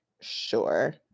sure